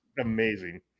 amazing